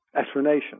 Explanation